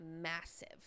massive